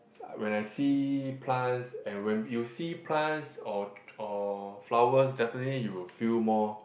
when I see plants and when you see plants or or flowers definitely you will feel more